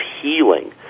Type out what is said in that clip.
healing